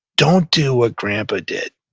don't do what grandpa did.